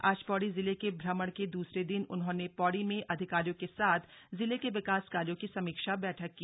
आज पौड़ी जिले के भ्रमण के द्रसरे दिन उन्होंने पौड़ी में अधिकारियों के साथ जिले के विकास कार्यों की समीक्षा बैठक की